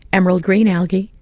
emerald green algae,